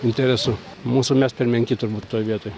interesų mūsų mes per menki turbūt toj vietoj